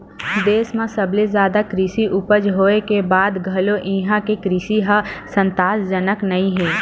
देस म सबले जादा कृषि उपज होए के बाद घलो इहां के कृषि ह संतासजनक नइ हे